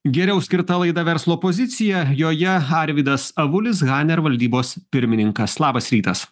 geriau skirta laida verslo pozicija joje arvydas avulis hanner valdybos pirmininkas labas rytas